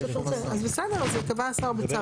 אז בסדר, אז יקבע השר בצו.